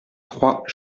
trois